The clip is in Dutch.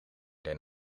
den